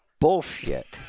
bullshit